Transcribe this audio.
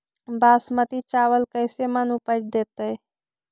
बासमती चावल कैसे मन उपज देतै?